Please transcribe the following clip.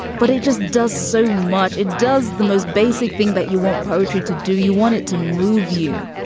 but it just does so much. it does the most basic thing that you want poetry to do, you want it to move you.